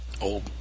old